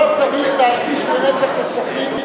לא צריך להדגיש לנצח נצחים,